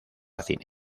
cine